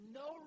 no